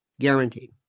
Guaranteed